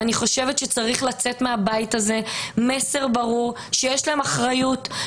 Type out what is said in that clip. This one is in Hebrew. ואני חושבת שצריך לצאת מהבית הזה מסר ברור שיש להם אחריות,